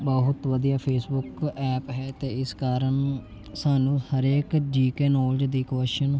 ਬਹੁਤ ਵਧੀਆ Facebook app ਹੈ ਅਤੇ ਇਸ ਕਾਰਨ ਸਾਨੂੰ ਹਰੇਕ ਜੀ ਕੇ ਨੌਲੇਜ ਦੀ ਕੌਸ਼ਨ